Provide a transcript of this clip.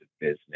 business